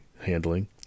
handling